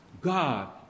God